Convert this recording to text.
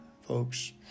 folks